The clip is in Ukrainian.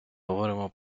говоримо